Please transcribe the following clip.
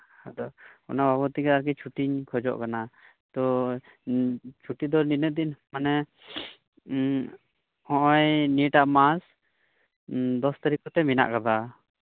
ᱟᱫᱚ ᱚᱱᱟ ᱵᱟᱵᱚᱫ ᱛᱮᱜᱮ ᱪᱷᱩᱴᱤᱧ ᱠᱷᱚᱡᱚᱜ ᱠᱟᱱᱟ ᱪᱷᱩᱴᱤ ᱫᱚ ᱛᱤᱱᱟᱹᱜ ᱫᱤᱱ ᱢᱟᱱᱮ ᱱᱚᱜᱼᱚᱭ ᱱᱤᱭᱟᱹᱴᱟᱜ ᱢᱟᱥ ᱫᱚᱥ ᱛᱟᱹᱨᱤᱠᱷ ᱠᱚᱛᱮ ᱢᱮᱱᱟᱜ ᱟᱠᱟᱫᱟ